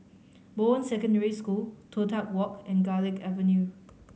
Bowen Secondary School Toh Tuck Walk and Garlick Avenue